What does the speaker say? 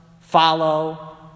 follow